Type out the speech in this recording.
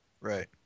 Right